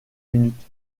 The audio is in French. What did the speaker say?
minute